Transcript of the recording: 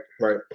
Right